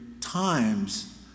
times